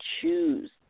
choose